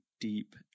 deep